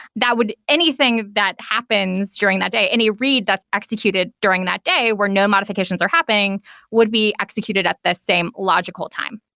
that would anything that happens during the day, any read that's executed during that day were no modifications are happening would be executed at the same logical time.